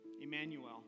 Emmanuel